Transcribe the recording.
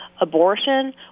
abortion